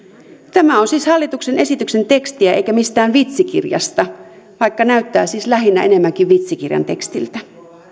tämä on siis hallituksen esityksen tekstiä eikä mistään vitsikirjasta vaikka näyttää siis lähinnä enemmänkin vitsikirjan tekstiltä